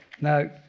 Now